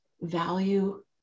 value